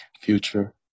Future